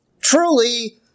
Truly